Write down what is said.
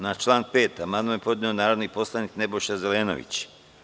Na član 5. amandman je podneo narodni poslanik Nebojša Zelenović.